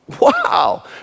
wow